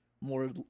more